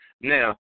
Now